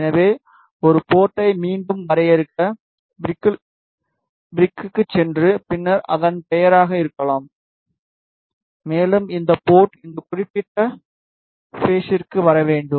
எனவே ஒரு போர்ட்டை மீண்டும் வரையறுக்க ப்ரிக்கலுக்குச் சென்று பின்னர் அதன் பெயராக இருக்கலாம் மேலும் இந்த போர்ட் இந்த குறிப்பிட்ட பேஸிர்க்கு வர வேண்டும்